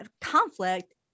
conflict